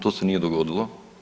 To se nije dogodilo.